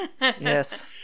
Yes